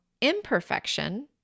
imperfection